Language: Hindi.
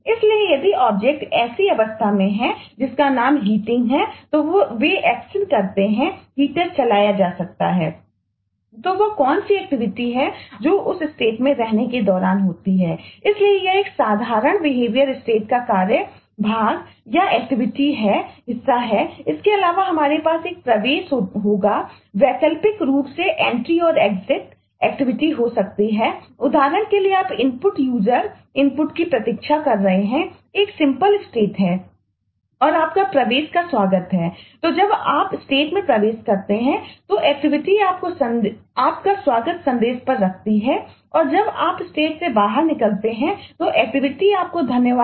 इसलिए यदि ऑब्जेक्टआपको धन्यवाद संदेश पर रखती है इत्यादि